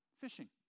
fishing